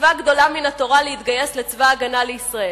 "מצווה גדולה מן התורה להתגייס לצבא-ההגנה לישראל.